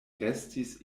restis